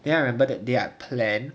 then I remember that day I plan